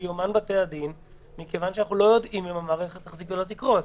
ביומן בתי-הדין מכיוון שאנחנו לא יודעים אם המערכת תחזיק או תקרוס.